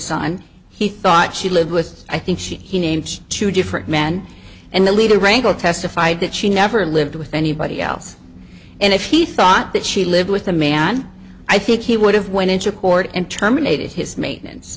sign he thought she lived with i think she he names two different men and the legal wrangle testified that she never lived with anybody else and if he thought that she lived with the man i think he would have went into court and terminated his maintenance